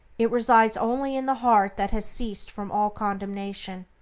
it resides only in the heart that has ceased from all condemnation.